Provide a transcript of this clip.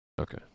Okay